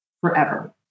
forever